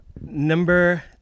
Number